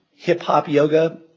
hip-hop yoga,